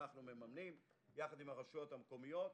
אנחנו מממנים יחד עם הרשויות המקומיות.